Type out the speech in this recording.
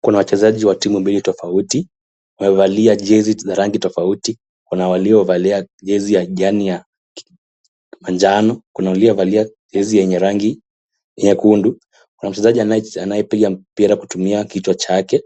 Kuna wachezaji wa timu mbili tofauti, wamevalia jezi za rangi tofauti, kuna waliovalia jezi ya rangi ya manjano, kuna waliovalia jezi yenye rangi nyekundu. Kuna mchezaji anayepiga mpira kutumia kichwa chake,